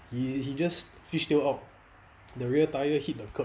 he he just fish tail out the rear tire hit the curb